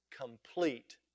complete